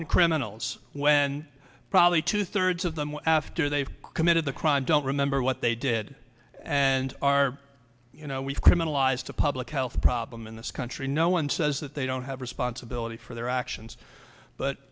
hardened criminals when probably two thirds of them were after they've committed the crime don't remember what they did and our you know we've criminalized a public health problem in this country no one says that they don't have responsibility for their actions but